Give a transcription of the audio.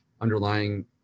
underlying